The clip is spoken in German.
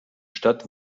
stadt